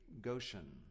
Goshen